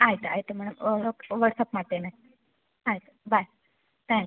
ಆಯ್ತು ಆಯ್ತು madam WhatsApp ಮಾಡ್ತೇನೆ ಆಯಿತು ಬೈ ತ್ಯಾಂಕ್ಸ್